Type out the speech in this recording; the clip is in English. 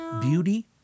beauty